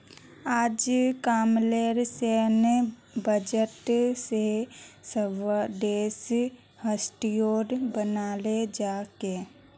अजकामलेर सैन्य बजट स स्वदेशी हथियारो बनाल जा छेक